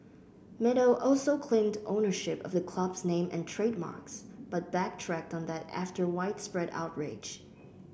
meadow also claimed ownership of the club's name and trademarks but backtracked on that after widespread outrage